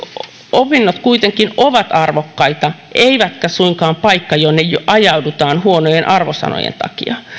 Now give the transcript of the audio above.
opinnot kuitenkin ovat arvokkaita eivätkä suinkaan paikka jonne ajaudutaan huonojen arvosanojen takia